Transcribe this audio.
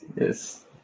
Yes